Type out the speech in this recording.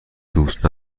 دوست